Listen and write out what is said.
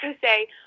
say